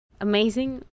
Amazing